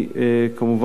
כמובן,